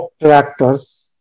tractors